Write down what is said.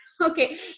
Okay